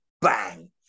bang